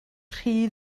rhy